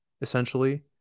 essentially